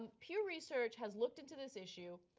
pew research has looked into this issue,